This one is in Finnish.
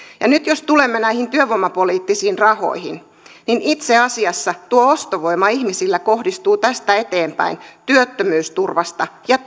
ja nyt jos tulemme näihin työvoimapoliittisiin rahoihin niin itse asiassa tuo ostovoima ihmisillä koostuu tästä eteenpäin työttömyysturvasta ja